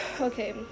Okay